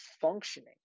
functioning